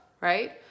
right